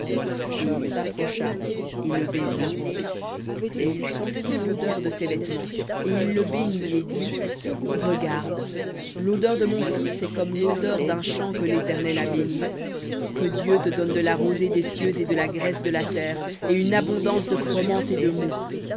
il s'approcha et le baisa et il sentit l'odeur de ses vêtements et il le bénit et dit regarde l'odeur de mon fils est comme l'odeur d'un champ que l'éternel a béni que dieu te donne de la rosée des cieux et de la graisse de la terre et une abondance de froment et de moût